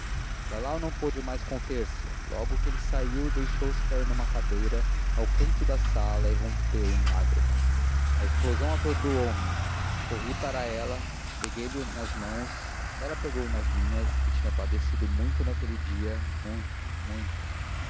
saiu lalau não pôde mais conter-se logo que ele saiu deixou-se cair numa cadeira ao canto da sala e rompeu em lágrimas a explosão atordoou me corri para ela peguei-lhe nas mãos ela pagou nas minhas disse que era desgraçada que ninguém mais lhe queria que tinha padecido muito naquele dia muito muito